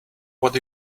what